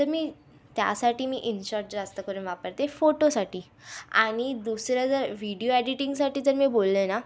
तर मी त्यासाठी मी इनशॉट जास्त करून वापरते फोटोसाठी आणि दुसरं जर व्हिडीओ एडिटिंगसाठी जर मी बोलले ना